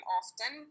often